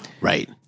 Right